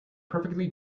perfectly